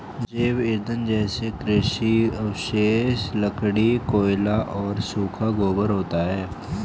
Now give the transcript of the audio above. जैव ईंधन जैसे कृषि अवशेष, लकड़ी, कोयला और सूखा गोबर होता है